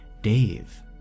Dave